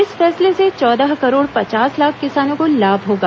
इस फैसले से चौदह करोड़ पचास लाख किसानों को लाभ होगा